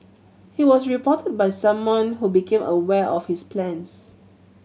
he was reported by someone who became aware of his plans